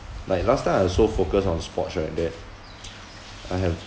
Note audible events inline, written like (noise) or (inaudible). like last time I also focus on sports right that (noise) I have